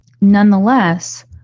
nonetheless